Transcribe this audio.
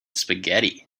spaghetti